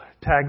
tag